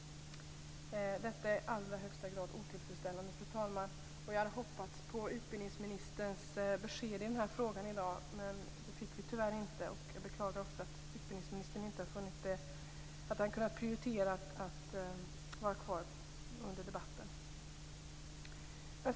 Detta är i allra högsta grad otillfredsställande, fru talman. Jag hade hoppats på utbildningsministerns besked i denna fråga i dag, men det fick vi tyvärr inte. Jag beklagar också att utbildningsministern inte har kunnat prioritera att vara kvar under debatten.